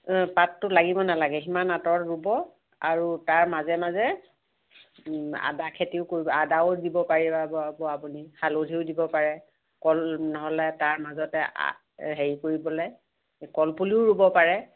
পাতটো লাগিব নালাগে সিমান আঁতৰত ৰুব আৰু তাৰ মাজে মাজে আদা খেতিও কৰিব আদাও দিব পাৰিব ব আপুনি হালধিও দিব পাৰে কল নহ'লে তাৰ মাজতে আ হেৰি কৰি পেলাই কল পুলিও ৰুব পাৰে